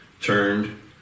turned